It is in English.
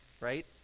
right